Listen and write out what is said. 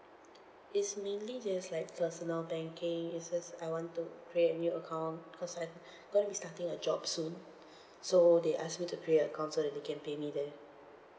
it's mainly just like personal banking it's just I want to create a new account cause like gonna be starting a job soon so they ask me to create a account so that they can pay me there